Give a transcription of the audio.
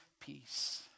peace